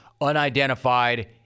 unidentified